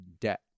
debt